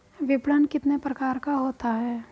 विपणन कितने प्रकार का होता है?